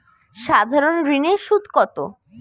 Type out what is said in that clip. সাধারণ ঋণের সুদ কত?